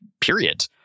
period